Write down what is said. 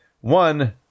One